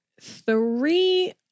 three